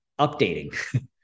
updating